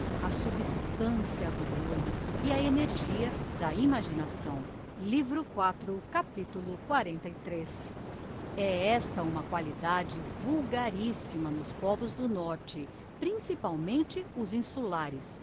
á substancia do olho e á energia da imaginação livro quatro capitulo ii é esta uma qualidade vulgarissima nos povos do norte principalmente os insulares